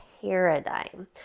paradigm